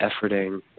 efforting